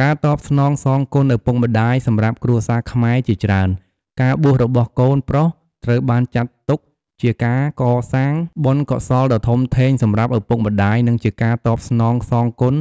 ការតបស្នងសងគុណឪពុកម្តាយ សម្រាប់គ្រួសារខ្មែរជាច្រើន ការបួសរបស់កូនប្រុសត្រូវបានចាត់ទុកថាជាការកសាងបុណ្យកុសលដ៏ធំធេងសម្រាប់ឪពុកម្តាយ និងជាការតបស្នងសងគុណ